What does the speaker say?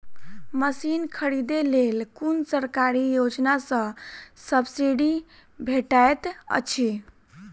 Machine खरीदे लेल कुन सरकारी योजना सऽ सब्सिडी भेटैत अछि?